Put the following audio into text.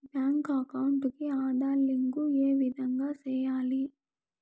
Bank account కి Aadhaar link ఏ విధంగా సెయ్యాలి?